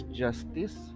justice